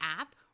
app